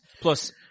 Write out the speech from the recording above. Plus